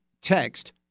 text